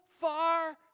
far